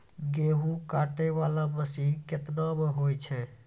गेहूँ काटै वाला मसीन केतना मे होय छै?